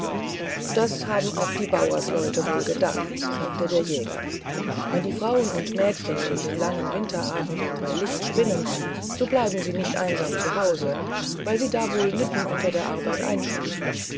das haben auch die bauersleute wohl bedacht sagte der jäger wenn die frauen und mädchen in den langen winterabenden bei licht spinnen so bleiben sie nicht einsam zu hause weil sie da wohl mitten unter der arbeit einschliefen